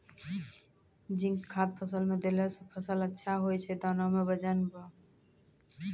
zinc खाद फ़सल मे देला से फ़सल अच्छा होय छै दाना मे वजन ब